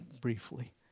briefly